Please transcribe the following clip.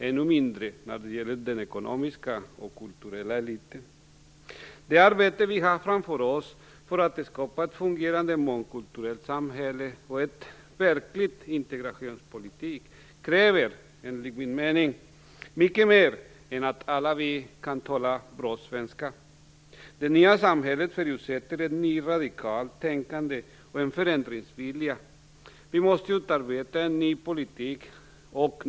Än mindre kommer de in i den ekonomiska och kulturella eliten. Det arbete vi har framför oss för att skapa ett fungerande mångkulturellt samhälle och en verklig integrationspolitik kräver, enligt min mening, mycket mer än att alla kan tala bra svenska. Det nya samhället förutsätter ett radikalt nytänkande och en förändringsvilja. Vi måste utarbeta en ny politik.